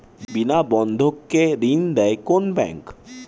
বিনা বন্ধক কে ঋণ দেয় কোন ব্যাংক?